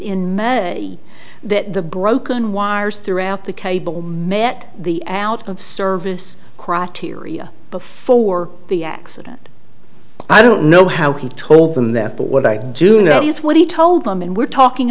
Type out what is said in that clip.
in may that the broken wires throughout the cable met the alj of service criteria before the accident i don't know how he told them that but what i do know is what he told them and we're talking